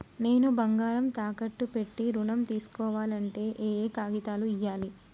నేను బంగారం తాకట్టు పెట్టి ఋణం తీస్కోవాలంటే ఏయే కాగితాలు ఇయ్యాలి?